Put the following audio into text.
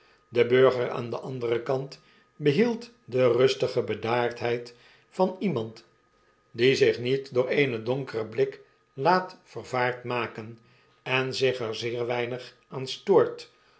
de burger aan den anderen kant behield de rustige bedaardheid van iemand die zich niet door eenen donkeren blik laat yervaardmaken en zich er zeer weinig aan stoort